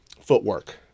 footwork